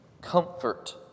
Comfort